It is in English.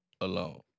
alone